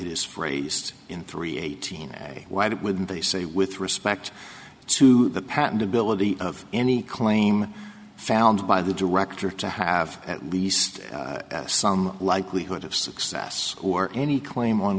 it is phrased in three eighteen why did when they say with respect to the patentability of any claim found by the director to have at least some likelihood of success or any claim on